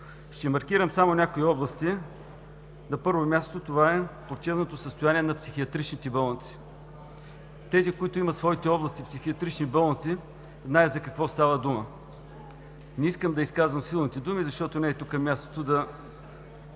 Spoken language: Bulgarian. Ще маркирам само някои области. На първо място, това е плачевното състояние на психиатричните болници. Тези, които имат в своите области психиатрични болници, знаят за какво става дума. Не искам да изказвам силните думи, защото не е тук мястото да